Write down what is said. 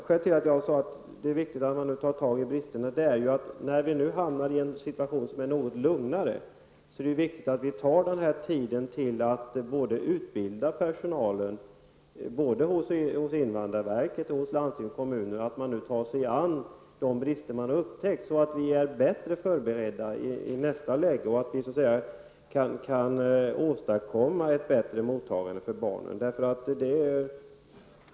Skälet till att det är angeläget att ta itu med bristerna är att nu när situationen blir något lugnare, är det viktigt att man passar på att utbilda personalen -- såväl invandrarverkets personal som landstingens och kommunernas -- så att den kan ta sig an de brister som har upptäckts. Då är man bättre förberedd att kunna åstadkomma ett bättre mottagande för barnen, om läget skulle förändras.